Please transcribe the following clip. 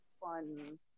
fun